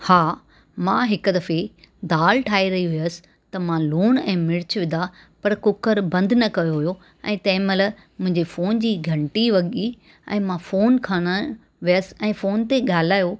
हा मां हिक दफ़े दालि ठाहे रही हुयसि त मां लूण ऐं मिर्च विधा पर कुकर बंदि न कयो हुओ ऐं तंहिं माल मुंहिंजी फ़ोन जी घंटी वॻी ऐं मां फ़ोन खणणु वियसि ऐं फ़ोन ते ॻाल्हायो